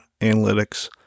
analytics